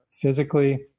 physically